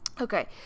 Okay